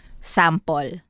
Sample